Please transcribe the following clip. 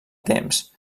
temps